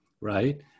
Right